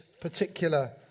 particular